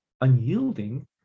unyielding